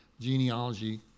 genealogy